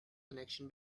connection